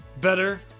better